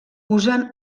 usen